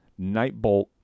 Nightbolt